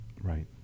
Right